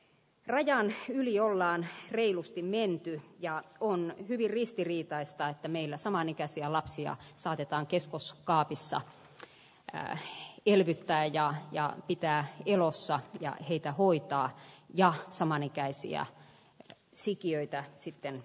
rajan yli ollaan reilusti miehen työ ja on hyvin ristiriitaista että meillä samanikäisiä lapsia saatetaan keskus cacissa enää elvyttää ja ja pitää elossa ja heitä huikkaa ja samanikäisiä sikiöitä sitten